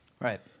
Right